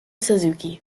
suzuki